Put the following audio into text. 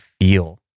feel